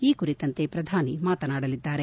ಈ ಕುರಿತಂತೆ ಪ್ರಧಾನಿ ಮಾತನಾಡಲಿದ್ದಾರೆ